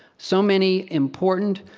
so many important,